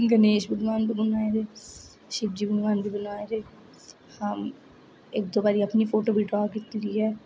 गणेश भगवान बनाए शिवजी भगवान बी बनाए हे इक दो बारी अपनी फोटो बी ड्राईंग कीती दी ऐ